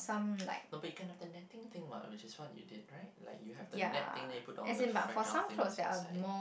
but we can have the netting thing what which is what we did right like you have the net thing then we put all the fragile things inside